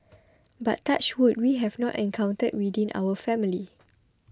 but touch wood we have not encountered within our family